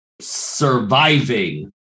surviving